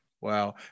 Wow